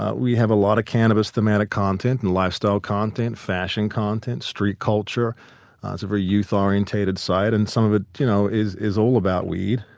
ah we have a lot of cannabis-thematic content and lifestyle content, fashion content, street culture. it's a very youth-orientated site. and some of it you know is is all about weed,